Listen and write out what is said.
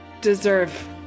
deserve